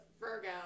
virgo